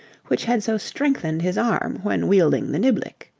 which had so strengthened his arm when wielding the niblick.